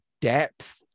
depth